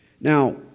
Now